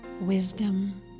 wisdom